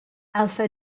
alpha